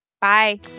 Bye